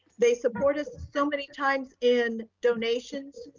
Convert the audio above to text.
they support us so many times in donations,